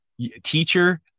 teacher